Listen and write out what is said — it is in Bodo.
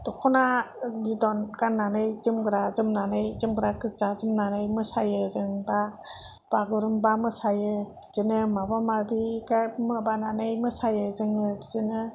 दखना बिदन गाननानै जोमग्रा जोमनानै जोमग्रा गोजा जोमनानै मोसायो जेनोबा बागुरुमबा मोसायो बिदिनो माबा माबि बेराद माबानानै मोसायो जोङो बिदिनो